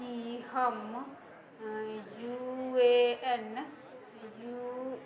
की हम U A N U